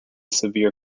severe